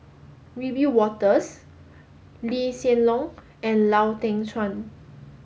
Wiebe Wolters Lee Hsien Loong and Lau Teng Chuan